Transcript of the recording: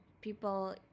people